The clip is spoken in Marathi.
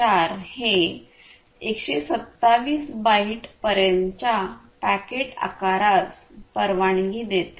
4 हे 127 बाइट पर्यंतच्या पॅकेट आकारास परवानगी देते